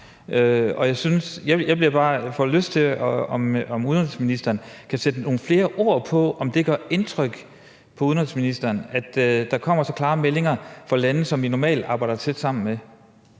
Jeg får bare lyst til at høre, om udenrigsministeren kan sætte nogle flere ord på, om det gør indtryk på udenrigsministeren, at der kommer så klare meldinger fra lande, som vi normalt arbejder tæt sammen med?